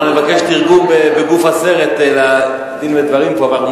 אנחנו נבקש תרגום בגוף הסרט על הדין-ודברים פה.